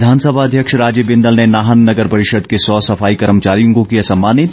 विधानसभा अध्यक्ष राजीव बिंदल ने नाहन नगर परिषद के सौ सफाई कर्मचारियों को किया सम्मानित